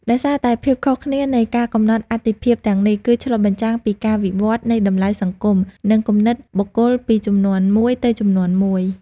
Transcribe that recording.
ដោយសារតែភាពខុសគ្នានៃការកំណត់អាទិភាពទាំងនេះ គឺឆ្លុះបញ្ចាំងពីការវិវត្តន៍នៃតម្លៃសង្គម និងគំនិតបុគ្គលពីជំនាន់មួយទៅជំនាន់មួយ។